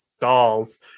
dolls